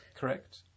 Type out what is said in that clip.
correct